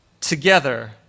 together